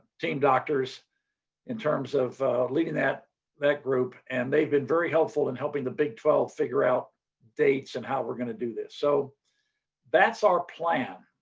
team doctors in terms of leading that that group and they've been helpful in helping the big twelve figure out dates and how we're going to do this. so that's our plan.